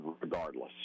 regardless